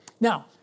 Now